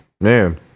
man